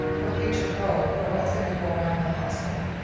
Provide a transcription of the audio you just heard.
for future growth for what's going to go around the hospital.